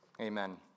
Amen